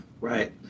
Right